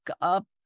up